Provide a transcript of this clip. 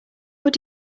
what